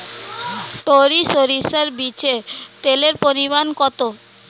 টরি সরিষার বীজে তেলের পরিমাণ কত?